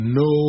no